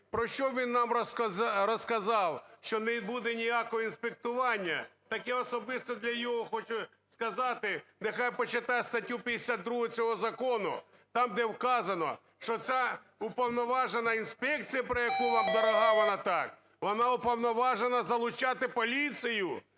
Про що він нам розказав? Що не буде ніякого інспектування. Так я особисто для нього хочу сказати, нехай почитає статтю 52 цього закону, там, де вказано, що ця уповноважена інспекція, про яку вам дорога вона так, вона уповноважена залучати поліцію